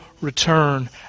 return